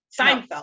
Seinfeld